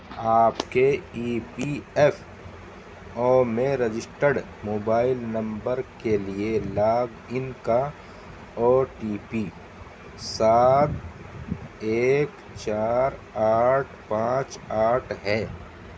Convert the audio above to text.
آپ کے E P F O میں رجسٹرڈ موبائل نمبر کے لیے لاگ ان کا او ٹی پی سات ایک چار آٹھ پانچ آٹھ ہے